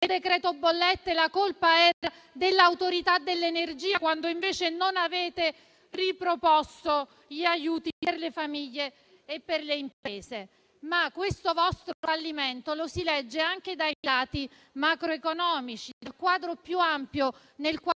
decreto-legge bollette, la colpa era dell'autorità di regolazione per l'energia, quando invece non avete riproposto gli aiuti per le famiglie e per le imprese. Questo vostro fallimento lo si legge anche dai dati macroeconomici, dal quadro più ampio nel quale